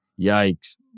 Yikes